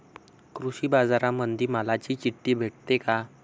कृषीबाजारामंदी मालाची चिट्ठी भेटते काय?